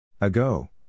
Ago